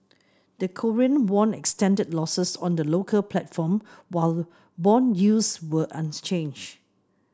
the Korean won extended losses on the local platform while bond yields were unchanged